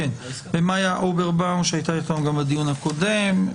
תקיפה מינית שהייתה איתנו גם בדיון הקודם.